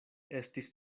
estis